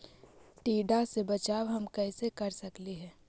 टीडा से बचाव हम कैसे कर सकली हे?